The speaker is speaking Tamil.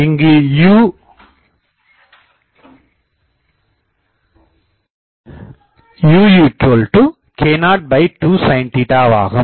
இங்கு uk02 sin ஆகும்